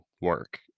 work